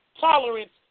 tolerance